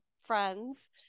friends